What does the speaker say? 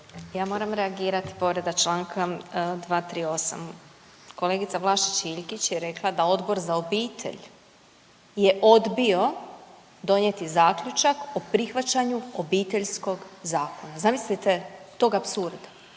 Ja moram reagirat, povreda čl. 238.. Kolegica Vlašić Iljkić je rekla da Odbor za obitelj je odbio donijeti zaključak o prihvaćanju Obiteljskog zakona. Zamislite tog apsurda,